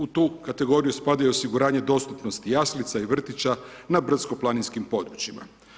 U tu kategoriju spadaju osiguranje dostupnosti jaslica i vrtića na brdsko planinskim područjima.